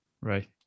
right